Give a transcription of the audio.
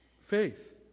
faith